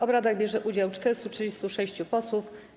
obradach bierze udział 436 posłów.